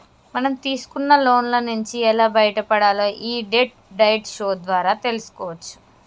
మనం తీసుకున్న లోన్ల నుంచి ఎలా బయటపడాలో యీ డెట్ డైట్ షో ద్వారా తెల్సుకోవచ్చు